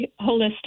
holistic